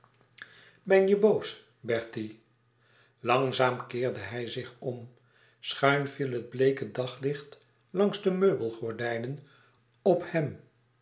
ben je boos bertie langzaam keerde hij zich om schuin viel het bleeke daglicht langs de meubelgordijnen op hem